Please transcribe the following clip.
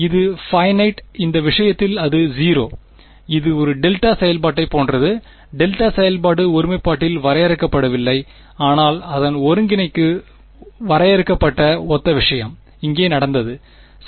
அது பைனைட் இந்த விஷயத்தில் அது 0 இது ஒரு டெல்டா செயல்பாட்டைப் போன்றது டெல்டா செயல்பாடு ஒருமைப்பாட்டில் வரையறுக்கப்படவில்லை ஆனால் அதன் ஒருங்கிணைப்பு வரையறுக்கப்பட்ட ஒத்த விஷயம் இங்கே நடந்தது சரி